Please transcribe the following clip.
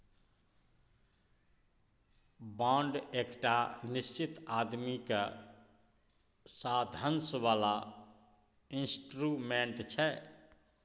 bond एकटा निश्चित आमदनीक साधंश बला इंस्ट्रूमेंट छै